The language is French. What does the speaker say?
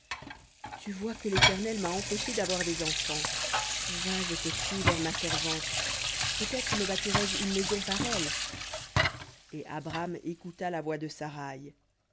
tu vois que l'éternel m'a empêchée d'avoir des enfants va je te prie vers ma servante peut-être me bâtirai je par elle et abram écouta la voix de saraï